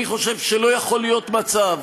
אני חושב שלא יכול להיות מצב